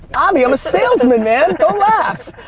avi, i'm a salesman, man, don't laugh.